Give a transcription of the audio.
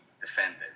defended